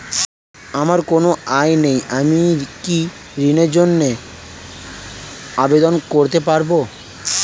আমার কোনো আয় নেই আমি কি ঋণের জন্য আবেদন করতে পারব?